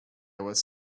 was